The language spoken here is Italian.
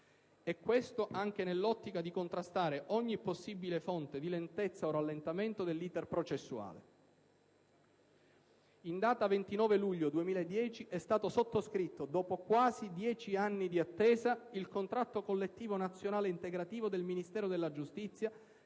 E questo, anche nell'ottica di contrastare ogni possibile fonte di lentezza o rallentamento dell'*iter* processuale. In data 29 luglio 2010 è stato sottoscritto, dopo quasi 10 anni di attesa, il contratto collettivo nazionale integrativo del Ministero della giustizia,